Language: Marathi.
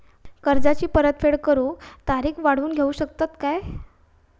कर्जाची परत फेड करूक तारीख वाढवून देऊ शकतत काय?